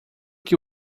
que